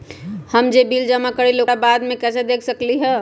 हम जे बिल जमा करईले ओकरा बाद में कैसे देख सकलि ह?